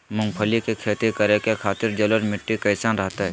मूंगफली के खेती करें के खातिर जलोढ़ मिट्टी कईसन रहतय?